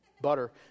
butter